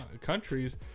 countries